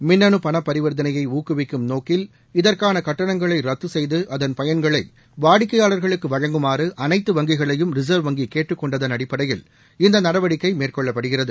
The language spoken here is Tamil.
மின்னனு பணப்பரிவர்த்தனையை ஊக்குவிக்கும் நோக்கில் இதற்கான கட்டணங்களை ரத்து செய்து அதன் பயன்களை வாடிக்கையாளர்களுக்கு வழங்குமாறு அனைத்து வங்கிகளையும் ரிசர்வ் வங்கி கேட்டுக்கொண்டதன் அடிப்படையில் இந்த நடவடிக்கை மேற்கொள்ளப்படுகிறது